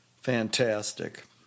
fantastic